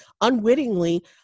unwittingly